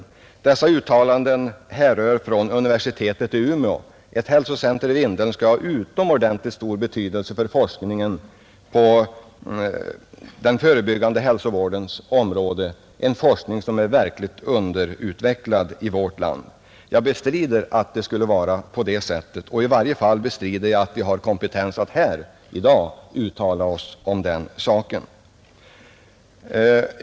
Universitetet i Umeå har dessutom uttalat att ett hälsocenter i Vindeln skulle ha utomordentligt stor betydelse för forskningen på den förebyggande hälsovårdens område, en forskning som är underutvecklad i vårt land. Jag tror att vi inte har kompetens att här i riksdagen i dag uttala oss om att kvalificerad sjukvårdspersonal är svåranskaffad till Vindeln.